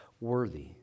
worthy